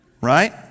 Right